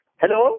hello